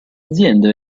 aziende